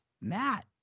Matt